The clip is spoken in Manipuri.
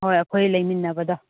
ꯍꯣꯏ ꯑꯩꯈꯣꯏ ꯂꯩꯃꯤꯟꯅꯕꯗꯣ